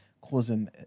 causing